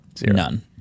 None